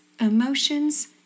emotions